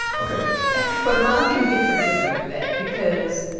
ok but mom can be forgiven for that because,